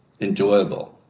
enjoyable